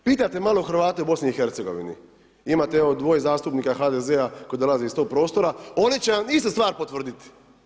Pitajte malo Hrvate u BiH-a, imate evo dvoje zastupnika HDZ-a koji dolaze iz tog prostora, oni će vam istu stvar potvrditi.